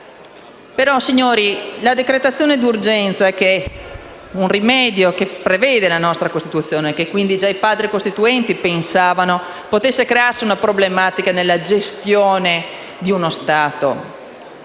Ma, signori, la decretazione d'urgenza è un rimedio previsto dalla nostra Costituzione; già i Padri costituenti pensavano potesse crearsi una problematica nella gestione di uno Stato.